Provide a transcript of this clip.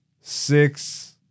six